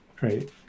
right